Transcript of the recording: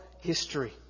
history